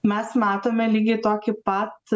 mes matome lygiai tokį pat